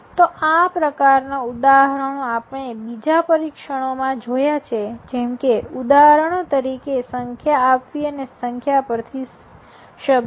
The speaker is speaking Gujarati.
તો આ પ્રકાર ના ઉદાહરણો આપણે બીજા પરીક્ષણો માં જોયા છે જેમકે ઉદાહરણ તરીકે સંજ્ઞા આપવી અને સંજ્ઞા પરથી શબ્દો સમજવાડીકોડિંગ